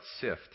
sift